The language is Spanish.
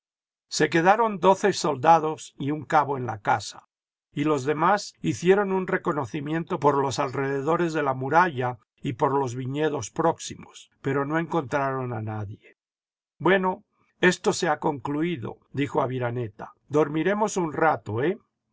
vse quedaron doce soldados y un cabo en la casa y los demás hicieron un reconocimiento por los alrededores de la muralla y por los viñedos próximos pero no encontraron a nadie bueno esto se ha concluido dijo aviraneta dormiremos un rato eh